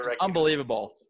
unbelievable